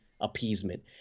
appeasement